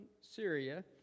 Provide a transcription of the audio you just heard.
Syria